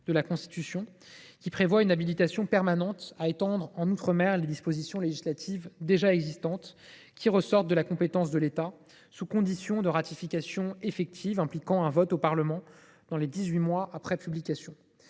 de la Constitution qui contient une habilitation permanente à étendre en outre mer les dispositions législatives déjà existantes qui ressortent de la compétence de l’État, sous condition de ratification effective impliquant un vote au Parlement dans les dix huit mois après publication.